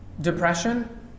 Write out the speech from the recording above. depression